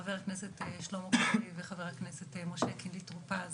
חברי הכנסת שלמה קרעי ומשה טור פז.